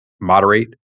moderate